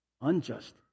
unjust